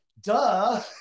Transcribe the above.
duh